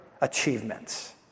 achievements